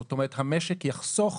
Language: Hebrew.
זאת אומרת, המשק יחסוך